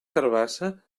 carabassa